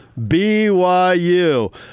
BYU